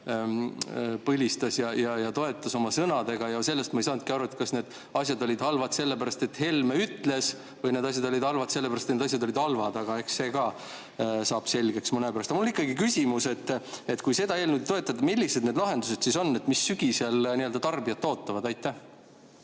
põlistas ja toetas oma sõnadega – sellest ma ei saanudki aru, kas need asjad olid halvad sellepärast, et Helme ütles, või need asjad olid halvad sellepärast, et need asjad olid halvad. Aga eks see ka saab selgeks mõne aja pärast. Mul ikkagi on küsimus, et kui seda eelnõu toetada, millised need lahendused siis on, mis sügisel tarbijaid ootavad. Aitäh,